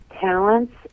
talents